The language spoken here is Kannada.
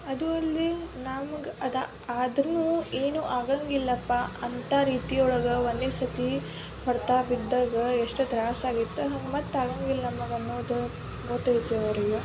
ಅದೂ ಅಲ್ಲದೆ ನಮ್ಗೆ ಅದು ಆದ್ರೂ ಏನೂ ಆಗಂಗಿಲ್ಲಪ್ಪ ಅಂಥ ರೀತಿ ಒಳಗೆ ಒಂದನೇ ಸರ್ತಿ ಹೊಡೆತ ಬಿದ್ದಾಗ ಎಷ್ಟು ತ್ರಾಸು ಆಗಿತ್ತು ಮತ್ತು ಆಗಂಗಿಲ್ಲ ನಮ್ಗೆ ಅನ್ನೋದು ಗೊತ್ತೈತೆ ಅವರಿಗೆ